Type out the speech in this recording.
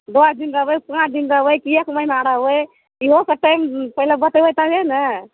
दस दिन रहबै पाँच दिन रहबै कि एक महीना रहबै इहो सब टाइम पहिले बतेबै तबे ने